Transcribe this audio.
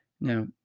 now